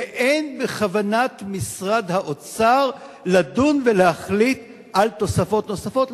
ואין בכוונת משרד האוצר לדון ולהחליט על תוספות נוספות,